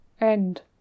End